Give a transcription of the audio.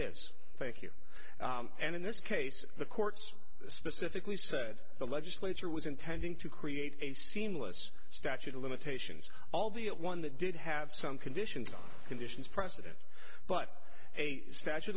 is thank you and in this case the courts specifically said the legislature was intending to create a seamless statute of limitations albeit one that did have some conditions conditions precedent but a statute